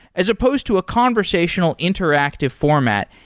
as supposed to a conversational interactive format.